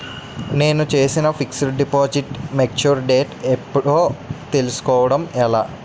నేను చేసిన fixed deposit mature date ఎప్పుడో తెల్సుకోవడం ఎలా?